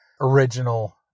original